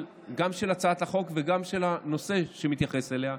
גם של הצעת החוק וגם של הנושא שמתייחס אליה,